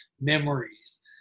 memories